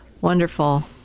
wonderful